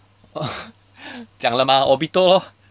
oh 讲了嘛 obito orh